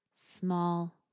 small